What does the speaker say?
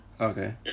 Okay